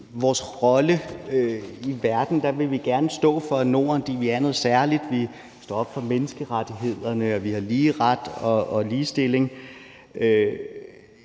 vores rolle i verden. Der vil vi gerne stå for, at Norden er noget særligt. Vi står op for menneskerettighederne, og vi har lige ret og ligestilling.